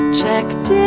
checked